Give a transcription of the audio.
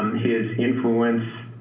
his influence